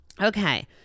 Okay